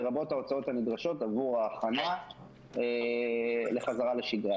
לרבות ההוצאות הנדרשות עבור ההכנה לחזרה לשגרה